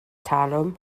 talwm